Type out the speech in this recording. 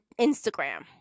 Instagram